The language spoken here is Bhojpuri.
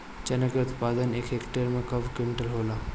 चना क उत्पादन एक हेक्टेयर में कव क्विंटल होला?